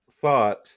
thought